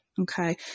okay